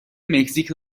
مکزیک